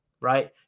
right